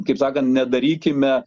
kaip sakant nedarykime